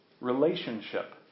Relationship